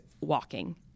walking